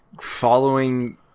following